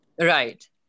Right